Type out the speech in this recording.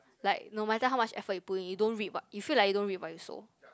like no matter how much effort you put in you don't reap what you feel like you don't reap what you sow